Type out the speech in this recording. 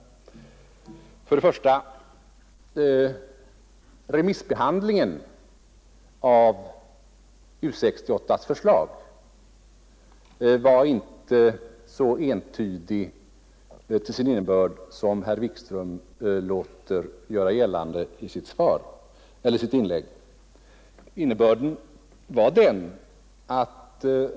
För det första var remissbehandlingen av förslaget från U 68 inte så entydig till sin innebörd som herr Wikström påstod i sitt anförande.